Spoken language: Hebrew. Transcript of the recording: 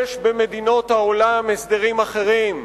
יש במדינות העולם הסדרים אחרים.